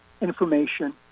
information